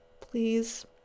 Please